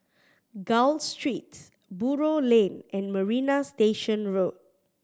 Gul Street Buroh Lane and Marina Station Road